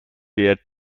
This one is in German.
der